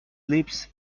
lips